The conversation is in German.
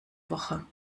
woche